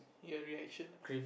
your reaction